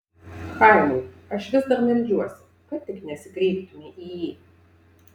chaimai aš vis dar meldžiuosi kad tik nesikreiptumei į jį